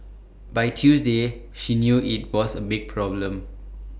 by Tuesday she knew IT was A big problem